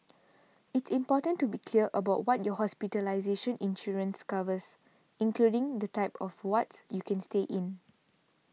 it's important to be clear about what your hospitalization insurance covers including the type of wards you can stay in